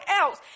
else